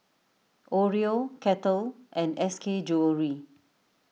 Oreo Kettle and S K Jewellery